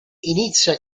inizia